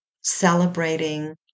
celebrating